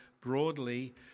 broadly